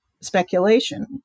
speculation